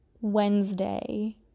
Wednesday